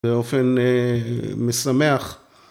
באופן משמח.